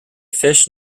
fish